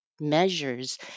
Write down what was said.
measures